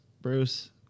Bruce